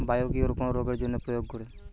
Biocure কোন রোগেরজন্য প্রয়োগ করে?